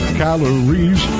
calories